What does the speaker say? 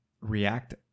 react